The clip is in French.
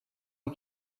est